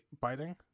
biting